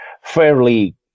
fairly